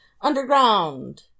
Underground